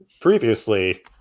previously